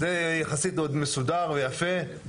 זה יחסית עוד מסודר ויפה.